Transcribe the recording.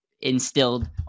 instilled